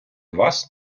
вас